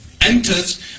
enters